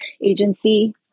agency